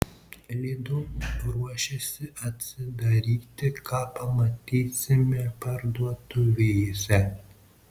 lidl ruošiasi atsidaryti ką pamatysime parduotuvėse